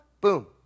boom